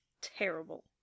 Terrible